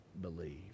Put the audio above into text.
believe